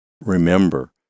remember